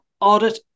Audit